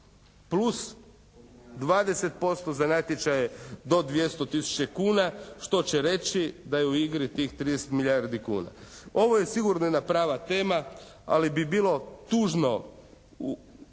plus 20% za natječaje do 200 tisuća kuna što će reći da je u igri tih 30 milijardi kuna. Ovo je sigurno jedna prava tema, ali bi bilo tužno kada